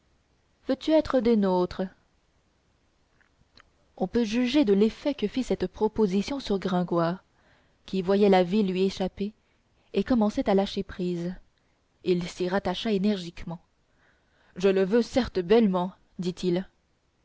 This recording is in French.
veux-tu être des nôtres on peut juger de l'effet que fit cette proposition sur gringoire qui voyait la vie lui échapper et commençait à lâcher prise il s'y rattacha énergiquement je le veux certes bellement dit-il